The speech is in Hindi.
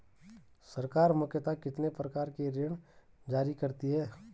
सरकार मुख्यतः कितने प्रकार के ऋण जारी करती हैं?